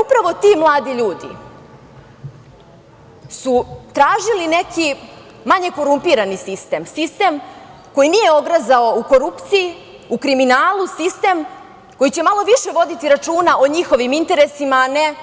Upravo ti mladi ljudi su tražili neki manje korumpirani sistem, sistem koji nije ogrezao u korupciji, u kriminalu, sistem koji će malo više voditi računa o njihovim interesima, a ne